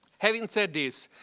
having said this,